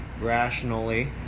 rationally